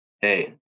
hey